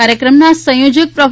કાર્યક્રમના સંયોજક પ્રો